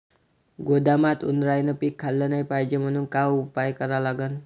गोदामात उंदरायनं पीक खाल्लं नाही पायजे म्हनून का उपाय करा लागन?